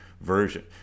version